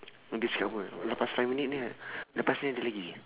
dia cakap apa lepas five minute ni lepas ni ada lagi